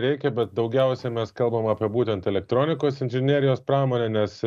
reikia bet daugiausiai mes kalbam apie būtent elektronikos inžinerijos pramonę nes